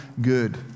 good